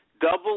Double